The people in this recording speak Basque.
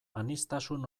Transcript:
aniztasun